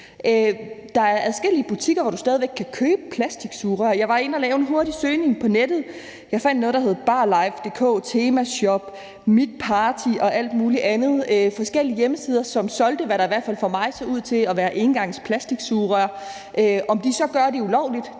Der er adskillige butikker, hvor du stadig væk kan købe plastiksugerør. Jeg var inde at lave en hurtig søgning på nettet. Jeg fandt noget, der hed barlife.dk, Temashop, MIT Party og alt muligt andet – forskellige hjemmesider, som solgte, hvad der i hvert fald for mig så ud til at være engangsplastiksugerør. Om de så gør det ulovligt,